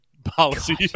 policy